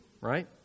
right